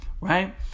Right